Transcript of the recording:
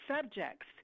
subjects